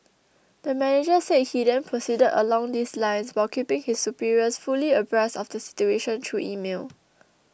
the manager said he then proceeded along these lines while keeping his superiors fully abreast of the situation through email